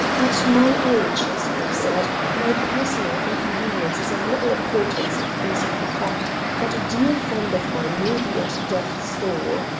at my age, as you have said, my personal inconvenience is of little importance in face of the fact that a dear friend of mine may be at death's door.